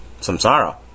samsara